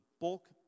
bulk